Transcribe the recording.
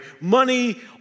money